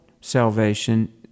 salvation